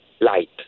light